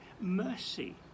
Mercy